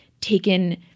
taken